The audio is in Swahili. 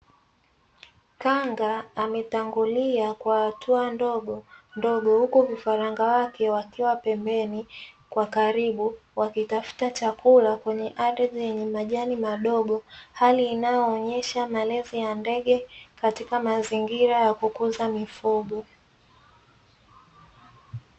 Kanga ametangulia kwa hatua ndogo huku vifaranga wake wakitafuta chakula kwenye majani madogo hali inayoonyesha malezi ya ndege katika kukuza mifugo